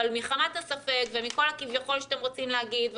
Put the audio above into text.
מחמת הספק ומכל הכביכול שאתם רוצים להגיד,